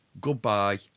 Goodbye